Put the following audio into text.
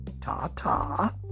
Ta-ta